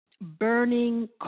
burning